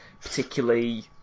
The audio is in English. particularly